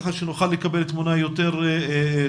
ככה שנוכל לקבל תמונה יותר טובה.